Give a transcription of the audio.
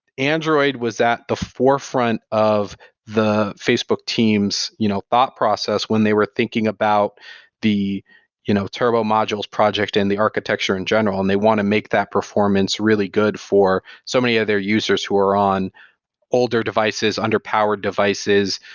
android was at the forefront of the facebook teams' you know thought process when they were thinking about the you know turbo modules project and the architecture in general and they want to make that performance really good for so many of their users who are on older devices, underpowered devices.